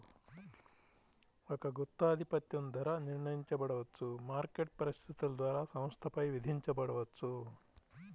ఒక గుత్తాధిపత్యం ధర నిర్ణయించబడవచ్చు, మార్కెట్ పరిస్థితుల ద్వారా సంస్థపై విధించబడవచ్చు